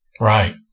Right